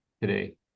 today